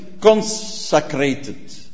consecrated